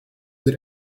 that